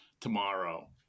tomorrow